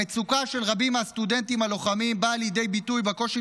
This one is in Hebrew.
המצוקה של רבים מהסטודנטים הלוחמים באה לידי ביטוי בקושי